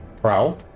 prowl